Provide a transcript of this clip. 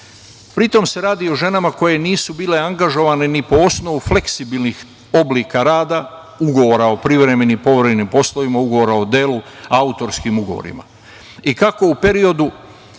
Pri tome se radi o ženama koje nisu bile angažovane ni po osnovu fleksibilnih oblika rada, ugovora o privremenim i povremenim poslovima, ugovora o delu, autorskim ugovorima i kako u periodu